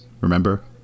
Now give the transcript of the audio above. Remember